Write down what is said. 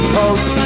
post